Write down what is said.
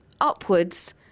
upwards